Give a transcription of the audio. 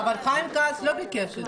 אבל חיים כץ לא ביקש את זה.